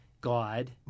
God